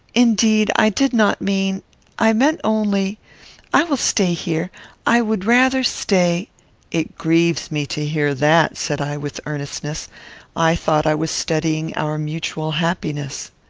indeed, i did not mean i meant only i will stay here i would rather stay it grieves me to hear that, said i, with earnestness i thought i was studying our mutual happiness.